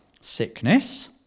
sickness